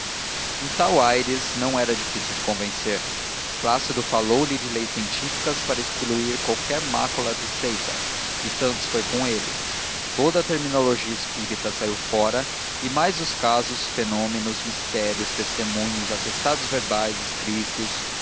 um tal aires não era fácil de convencer plácido falou-lhe de leis científicas para excluir qualquer mácula de seita e santos foi com ele toda a terminologia espírita saiu fora e mais os casos fenômenos mistérios testemunhos atestados verbais e escritos